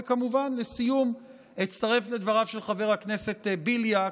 וכמובן, לסיום אצטרף לדבריו של חבר הכנסת בליאק,